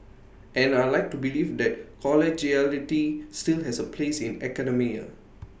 and I'd like to believe that collegiality still has A place in academia